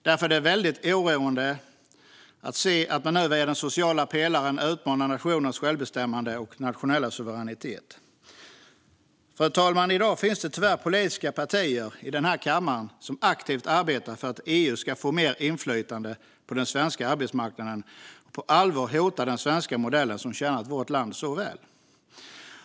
Därför är det oroande att se att man nu via den sociala pelaren utmanar nationers självbestämmande och nationella suveränitet. Fru talman! I dag finns tyvärr politiska partier i kammaren som aktivt arbetar för att EU ska få mer inflytande på den svenska arbetsmarknaden och på allvar hota den svenska modellen, som har tjänat vårt land så väl.